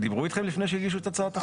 דיברו אתכם לפני שהגישו את הצעת החוק?